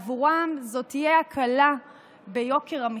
בעבורם זו תהיה קלה ביוקר המחיה.